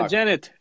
Janet